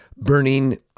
burning